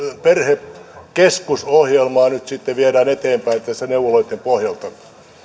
perhekeskusohjelmaa nyt sitten viedään tässä eteenpäin neuvoloitten pohjalta